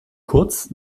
kurz